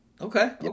Okay